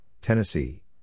Tennessee